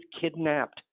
kidnapped